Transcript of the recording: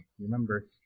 remember